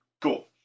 Cool